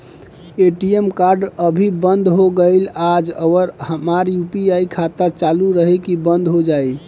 ATM card अभी बंद हो गईल आज और हमार यू.पी.आई खाता चालू रही की बन्द हो जाई?